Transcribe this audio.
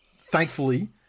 thankfully